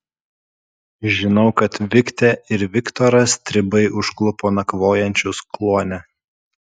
žinau kad viktę ir viktorą stribai užklupo nakvojančius kluone